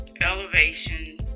elevation